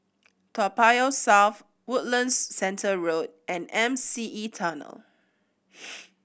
Toa Payoh South Woodlands Centre Road and M C E Tunnel